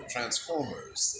Transformers